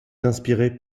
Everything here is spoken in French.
inspirée